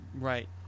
Right